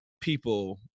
people